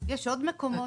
יש עוד מקומות,